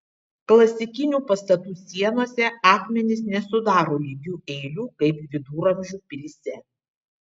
klasikinių pastatų sienose akmenys nesudaro lygių eilių kaip viduramžių pilyse